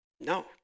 No